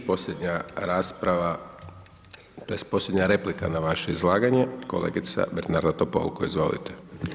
I posljednja rasprava tj. posljednja replika na vaše izlaganje, kolegica Bernarda Topolko, izvolite.